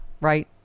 right